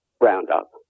Roundup